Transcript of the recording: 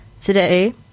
today